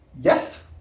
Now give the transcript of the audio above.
Yes